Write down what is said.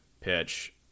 pitch